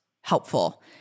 helpful